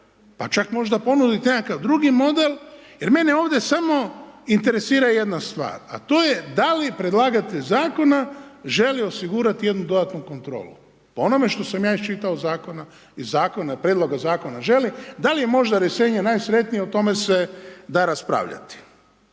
pa čak možda ponudit nekakav drugi model jer mene ovdje samo interesira jedna stvar a to je da li predlagatelj zakona želi osigurati jednu dodatnu kontrolu. Po onome što sam ja iščitao iz zakona, iz prijedloga zakona želi, da li je možda rješenje najsretnije, o tome se da raspravljati.